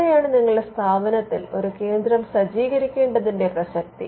അവിടെയാണ് നിങ്ങളുടെ സ്ഥാപനത്തിൽ ഒരു കേന്ദ്രം സജ്ജീകരിക്കേണ്ടതിന്റെ പ്രസക്തി